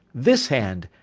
this hand,